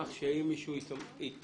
כך שאם מישהו יתמרמר,